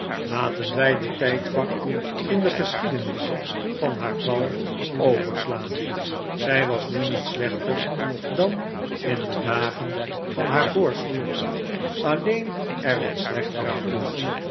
laten wij dit tijdvak in de geschiedenis van haar val overslaan zij was nu niet slechter dan in de dagen van haar voorspoed alleen er wat slechter aan toe